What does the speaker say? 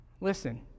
Listen